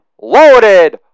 loaded